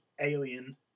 alien